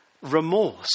Remorse